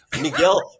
Miguel